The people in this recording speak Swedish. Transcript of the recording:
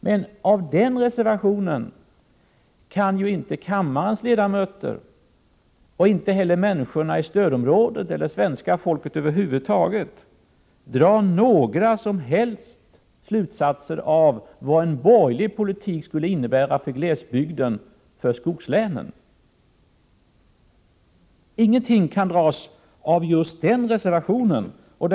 Men av den reservationen kan varken kammarens ledamöter, människorna i stödområdena eller svenska folket över huvud taget dra några som helst slutsatser om vad en borgerlig politik skulle innebära för skogslänen och för glesbygden i övrigt.